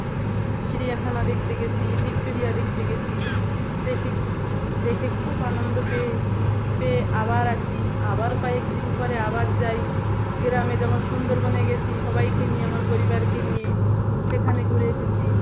চিড়িয়াখানা দেখতে গেছি ভিক্টোরিয়া দেখতে গেছি দেখে দেখে খুব আনন্দ পেয়ে পেয়ে আবার আসি আবার কয়েকদিন পরে আবার যাই গ্রামে যেমন সুন্দরবনে গেছি সবাইকে নিয়ে আমার পরিবারকে নিয়ে সেখানে ঘুরে এসেছি